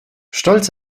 stolz